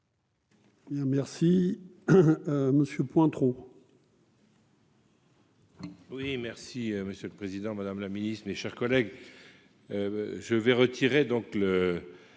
remercie Monsieur Pointereau.